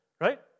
right